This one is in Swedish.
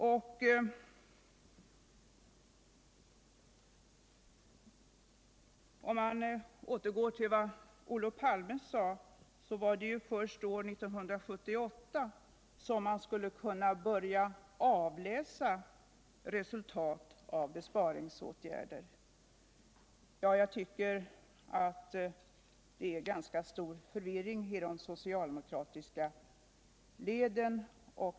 För att återgå ull Olof Palme sade ju han att det var först år 1978 som man skulle kunna börja avläsa resultat av besparingsåtgärder. Jag tycker alltså att det är en ganska stor förvirring i de socialdemokratiska ieden.